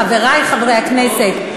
חברי חברי הכנסת,